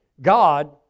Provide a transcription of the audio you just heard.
God